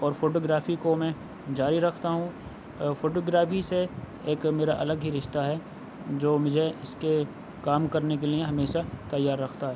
اور فوٹوگرافی کو میں جاری رکھتا ہوں فوٹوگرافی سے ایک میرا الگ ہی رشتہ ہے جو مجھے اس کے کام کرنے کے لیے ہمیشہ تیار رکھتا ہے